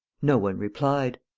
no one replied.